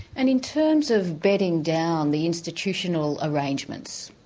and in terms of bedding down the institutional arrangements,